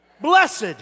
Blessed